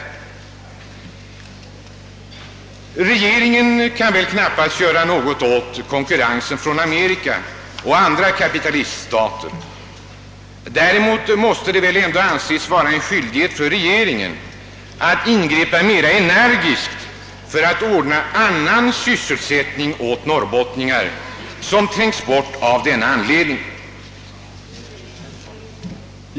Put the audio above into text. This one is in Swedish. Regeringen kan väl knappast göra något åt konkurrensen från Amerika och andra kapitaliststater. Däremot måste det väl ändå anses vara en skyldighet för regeringen att ingripa mera energiskt för att ordna annan sysselsättning åt de norrbottningar som trängts bort av denna anledning.